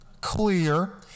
clear